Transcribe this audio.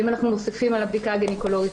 ואם אנחנו מוסיפים על הבדיקה הגניקולוגית